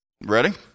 Ready